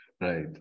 Right